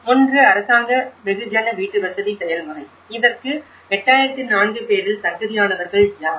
ஒன்று அரசாங்க வெகுஜன வீட்டுவசதி செயல்முறை இதற்கு 8004 பேரில் தகுதியானவர்கள் யார்